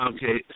Okay